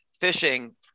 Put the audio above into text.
fishing